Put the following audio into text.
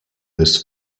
this